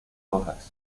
hojas